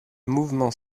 mouvement